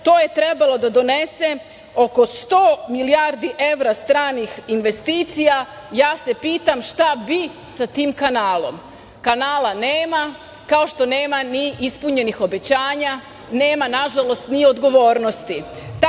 To je trebalo da donese oko 100 milijardi evra stranih investicija. Ja se pitam šta bi sa tim kanalom? Kanala nema, kao što nema ni ispunjenih obećanja. Nema, nažalost, ni odgovornosti. Ono